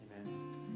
Amen